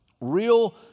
Real